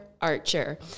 Archer